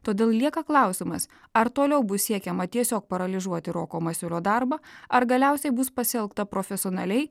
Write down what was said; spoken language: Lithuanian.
todėl lieka klausimas ar toliau bus siekiama tiesiog paralyžuoti roko masiulio darbą ar galiausiai bus pasielgta profesionaliai